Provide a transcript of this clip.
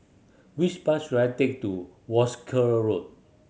which bus should I take to Wolskel Road